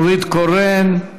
נורית קורן,